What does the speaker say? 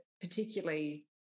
particularly